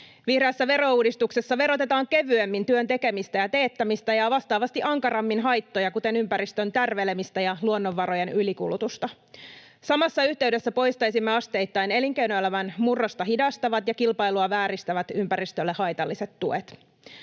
Vihreässä verouudistuksessa verotetaan kevyemmin työn tekemistä ja teettämistä ja vastaavasti ankarammin haittoja, kuten ympäristön tärvelemistä ja luonnonvarojen ylikulutusta. Samassa yhteydessä poistaisimme asteittain elinkeinoelämän murrosta hidastavat ja kilpailua vääristävät ympäristölle haitalliset tuet.